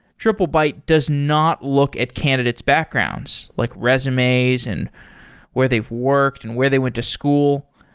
triplebyte does not look at candidate's backgrounds, like resumes and where they've worked and where they went to school.